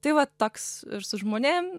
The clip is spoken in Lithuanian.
tai vat toks ir su žmonėm